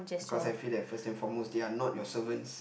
because I feel that first and foremost they are not your servants